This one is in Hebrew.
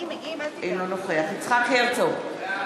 אינו נוכח יצחק הרצוג,